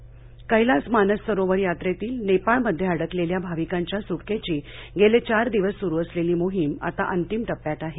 यात्राः कैलास मानस सरोवर यात्रेतील नेपाळमध्ये अडकलेल्या भाविकांच्या स्टकेची गेले चार दिवस स्रु असलेली मोहीम आता अंतिम टप्प्यात आहे